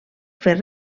fer